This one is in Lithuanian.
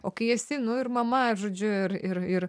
o kai esi nu ir mama žodžiu ir ir ir